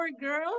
girls